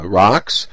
rocks